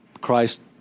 Christ